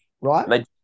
right